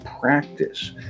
practice